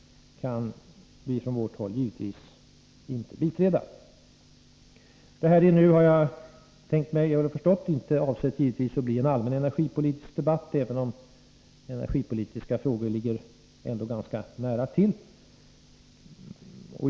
Jag har förstått att detta inte är avsett att bli en allmän energipolitisk debatt, även om energipolitiska frågor ligger ganska nära till.